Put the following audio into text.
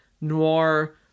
noir